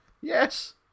Yes